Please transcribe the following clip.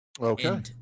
Okay